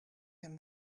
him